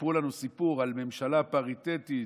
סיפרו לנו סיפור על ממשלה פריטטית,